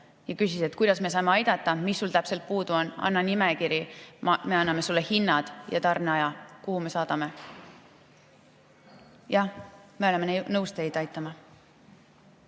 ja küsisid, kuidas me saame aidata, mis sul täpselt puudu on, anna nimekiri, me ütleme sulle hinnad ja tarneaja, kuhu me saadame. Jah, me oleme nõus teid aitama.